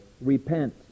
repent